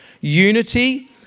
unity